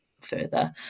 further